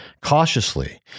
Cautiously